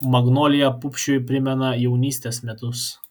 magnolija pupšiui primena jaunystės metus